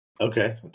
Okay